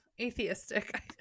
atheistic